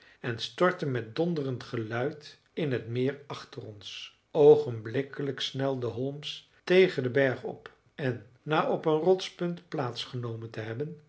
en stortte met donderend geluid in het meer achter ons oogenblikkelijk snelde holmes tegen den berg op en na op een rotspunt plaats genomen te hebben